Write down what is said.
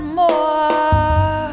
more